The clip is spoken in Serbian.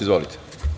Izvolite.